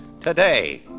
today